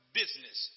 business